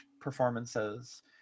performances